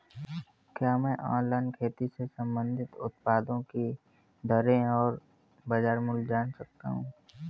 क्या मैं ऑनलाइन खेती से संबंधित उत्पादों की दरें और बाज़ार मूल्य जान सकता हूँ?